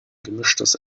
gemischtes